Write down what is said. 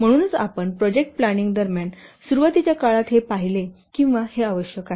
म्हणूनच आपण project planning दरम्यान सुरूवातीच्या काळात हे पाहिले आहे किंवा हे आवश्यक आहे